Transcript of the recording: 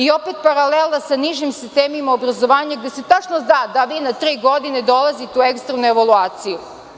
Opet paralela sa nižim sistemima obrazovanja, gde se tačno zna da vi na tri godine dolazite u ekstremnu evaluaciju.